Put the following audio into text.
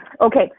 Okay